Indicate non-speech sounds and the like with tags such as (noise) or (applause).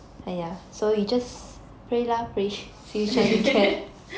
(laughs)